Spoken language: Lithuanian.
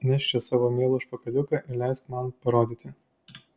nešk čia savo mielą užpakaliuką ir leisk man parodyti